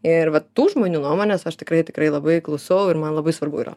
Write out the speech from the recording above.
ir vat tų žmonių nuomonės aš tikrai tikrai labai klausau ir man labai svarbu yra